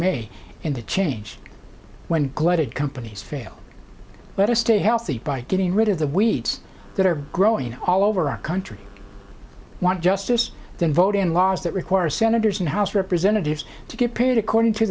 may in the change when gloated companies fail let us stay healthy by getting rid of the weeds that are growing all over our country want justice then vote in laws that require senators and house representatives to get paid according to